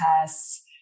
tests